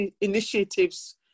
initiatives